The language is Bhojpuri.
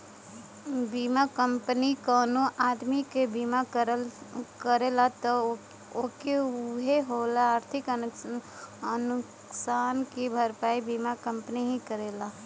बीमा कंपनी कउनो आदमी क बीमा करला त ओके होए वाले आर्थिक नुकसान क भरपाई बीमा कंपनी ही करेला